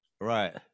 Right